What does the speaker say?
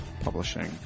Publishing